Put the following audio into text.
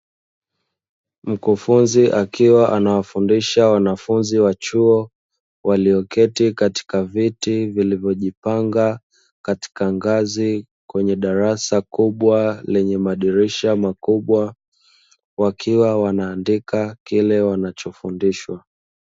Mkufunzi akiwa anafundisha wanafunzi wa chuo walioketi katika viti vilivojipanga katika ngazi kwenye darasa kubwa lenye madirisha makubwa, wakiwa wanaandika kile wanachofundishwa.